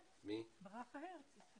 ברכה הרץ.